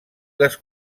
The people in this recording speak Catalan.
les